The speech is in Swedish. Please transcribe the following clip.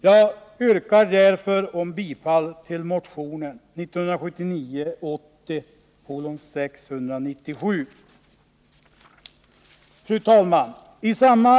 Jag yrkar därför bifall till motion 697. Fru talman!